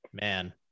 man